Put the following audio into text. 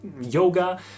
yoga